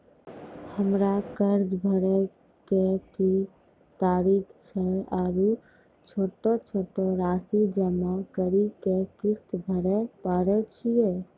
हमरा कर्ज भरे के की तरीका छै आरू छोटो छोटो रासि जमा करि के किस्त भरे पारे छियै?